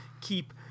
keep